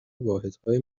واحدهای